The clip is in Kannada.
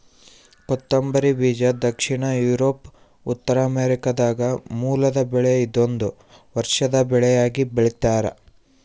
ಕೊತ್ತಂಬರಿ ಬೀಜ ದಕ್ಷಿಣ ಯೂರೋಪ್ ಉತ್ತರಾಮೆರಿಕಾದ ಮೂಲದ ಬೆಳೆ ಇದೊಂದು ವರ್ಷದ ಬೆಳೆಯಾಗಿ ಬೆಳ್ತ್ಯಾರ